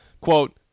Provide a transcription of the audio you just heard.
quote